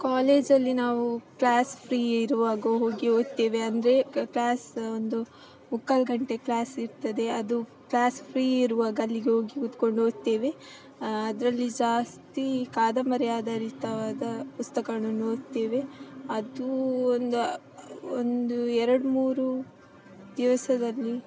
ಕಾಲೇಜಲ್ಲಿ ನಾವು class free ಇರುವಾಗ ಹೋಗಿ ಓದ್ತೇವೆ ಅಂದರೆ ಕ್ಲಾಸ್ ಒಂದು ಮುಕ್ಕಾಲು ಗಂಟೆ ಕ್ಲಾಸ್ ಇರ್ತದೆ ಅದು ಕ್ಲಾಸ್ ಫ್ರೀ ಇರುವಾಗ ಅಲ್ಲಿಗೆ ಹೋಗಿ ಕೂತ್ಕೊಂಡು ಓದ್ತೇವೆ ಅದರಲ್ಲಿ ಜಾಸ್ತಿ ಕಾದಂಬರಿ ಆಧಾರಿತವಾದ ಪುಸ್ತಕಗಳನ್ನು ಓದ್ತೇವೆ ಅದೂ ಒಂದು ಒಂದು ಎರಡು ಮೂರು ದಿವಸದಲ್ಲಿ